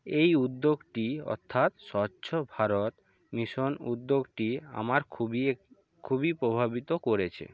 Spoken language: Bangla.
এই উদ্যোগটি অর্থাৎ স্বচ্ছ ভারত মিশন উদ্যোগটি আমার খুবই এ খুবই প্রভাবিত করেছে